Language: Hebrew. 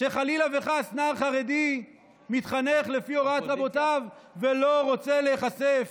שחלילה וחס נער חרדי מתחנך לפי הוראת רבותיו ולא רוצה להיחשף